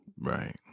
Right